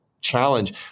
challenge